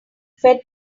fed